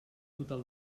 total